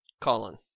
Colin